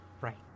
Right